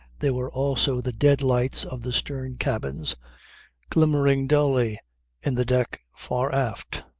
there were also the dead-lights of the stern-cabins glimmering dully in the deck far aft,